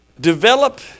Develop